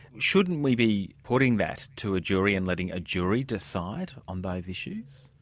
shouldn't we be putting that to a jury and letting a jury decide on those issues?